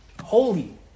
holy